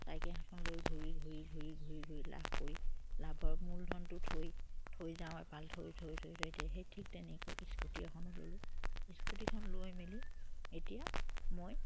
cycle এখন লৈ ঘূৰি ঘূৰি ঘূৰি ঘূৰি ঘূৰি লাভ কৰি লাভৰ মূলধনটো থৈ থৈ যাওঁ এফাল থৈ থৈ থৈ থৈ দি সেই ঠিক তেনেকৈ স্কুটি এখনো ল'লোঁ স্কুটিখন লৈ মেলি এতিয়া মই